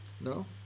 No